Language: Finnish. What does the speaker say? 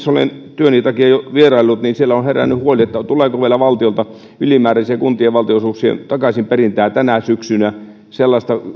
olen työni takia jo vieraillut herännyt huoli tuleeko vielä valtiolta ylimääräisien kuntien valtionosuuksien takaisinperintää tänä syksynä sellaista